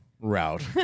Route